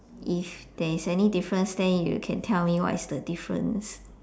if there is any difference then you can tell me what is the difference